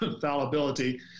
fallibility